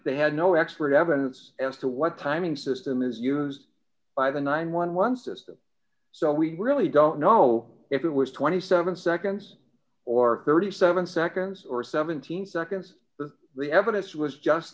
they had no expert evidence as to what timing system is used by the nine hundred and eleven system so we really don't know if it was twenty seven seconds or thirty seven seconds or seventeen seconds but the evidence was just